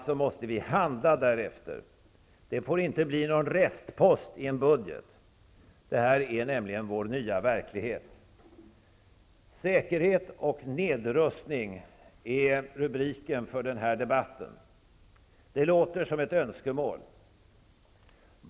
Vi måste alltså handla därefter. Det får inte bli någon restpost i en budget. Det här är nämligen vår nya verklighet. Säkerhet och nedrustning är rubriken för den här debatten. Det låter som ett önskemål.